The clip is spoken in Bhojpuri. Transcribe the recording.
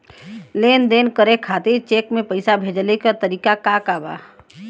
लेन देन करे खातिर चेंक से पैसा भेजेले क तरीकाका बा?